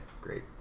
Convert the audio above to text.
great